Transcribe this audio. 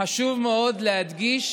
חשוב מאוד להדגיש